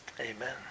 Amen